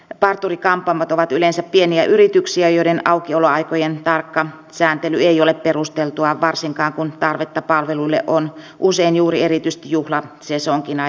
parturi kampaamot ovat yleensä pieniä yrityksiä joiden aukioloaikojen tarkka sääntely ei ole perusteltua varsinkaan kun tarvetta palveluille on usein juuri erityisesti juhlasesonkina ja juhlapäivinä